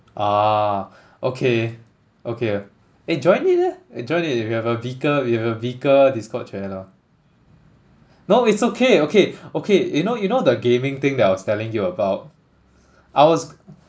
ah okay okay eh join in leh eh join in if you have a vehicle you have a vehicle discord channel no it's okay okay okay you know you know the gaming thing that I was telling you about I was